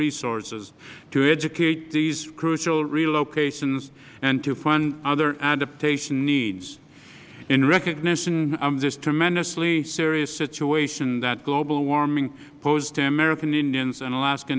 resources to educate these crucial relocations and to fund other adaptation needs in recognition of this tremendously serious situation that global warming poses to american indians and alaska